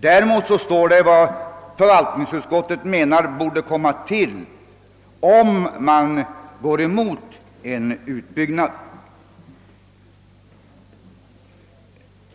Däremot redovisas vad förvaltningsutskottet ansett bör komma till om vi går emot en utbyggnad.